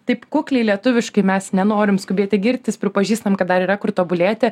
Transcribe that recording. taip kukliai lietuviškai mes nenorim skubėti girtis pripažįstam kad dar yra kur tobulėti